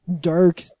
Dark